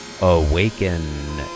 Awaken